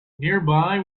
nearby